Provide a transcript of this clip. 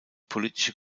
politische